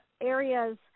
areas